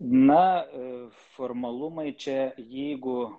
na formalumai čia jeigu